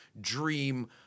Dream